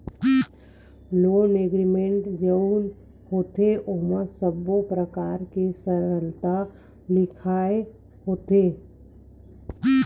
loan agreement जउन होथे ओमा सब्बो परकार के सरत लिखाय होथे